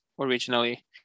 originally